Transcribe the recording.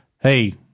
hey